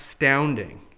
astounding